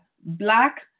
Black